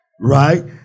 right